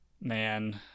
Man